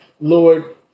Lord